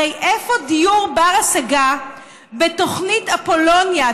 הרי איפה יש דיור בר-השגה בתוכנית אפולוניה,